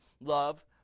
love